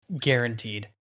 guaranteed